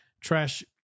trash